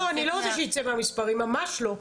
לא, אני לא רוצה שייצא מהמספרים, ממש לא.